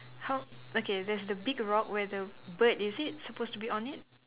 how okay there's the big rock where the bird is it supposed to be on it